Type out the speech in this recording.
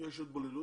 יש התבוללות,